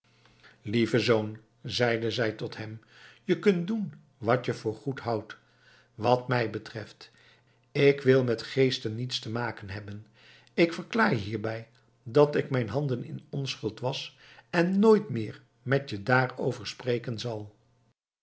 lieve zoon zeide zij tot hem je kunt doen wat je voor goed houdt wat mij betreft ik wil met geesten niets te maken hebben ik verklaar je hierbij dat ik mijn handen in onschuld wasch en nooit meer met je daarover spreken zal